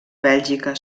bèlgica